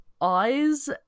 eyes